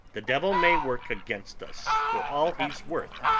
the devil may work against us for all he's worth,